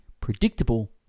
predictable